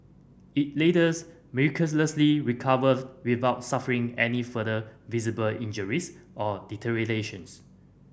it later miraculously recovered without suffering any further visible injuries or